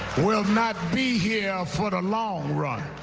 will not be here for the long run.